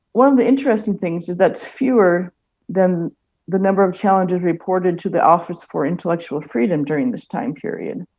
one of the interesting things is that's few fewer than the number of challenges reported to the office for intellectual freedom during this time period.